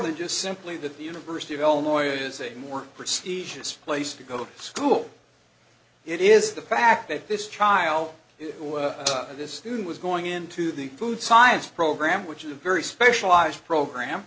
than just simply that the university of illinois is a more prestigious place to go to school it is the fact that this trial this student was going into the food science program which is a very specialized program